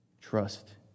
Trust